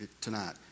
tonight